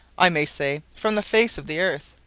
i may say, from the face of the earth,